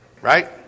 Right